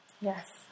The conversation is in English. Yes